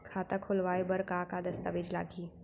खाता खोलवाय बर का का दस्तावेज लागही?